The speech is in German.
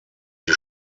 die